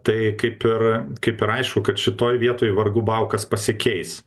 tai kaip ir kaip ir aišku kad šitoj vietoj vargu bau kas pasikeis